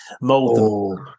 mold